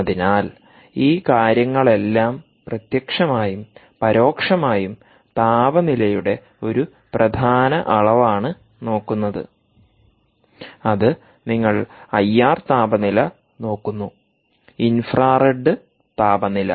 അതിനാൽ ഈ കാര്യങ്ങളെല്ലാം പ്രത്യക്ഷമായും പരോക്ഷമായും താപനിലയുടെ ഒരു പ്രധാന അളവാണ് നോക്കുന്നത് അത് നിങ്ങൾ ഐആർ താപനില നോക്കുന്നു ഇൻഫ്രാറെഡ് താപനില